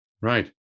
Right